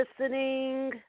listening